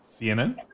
CNN